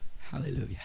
hallelujah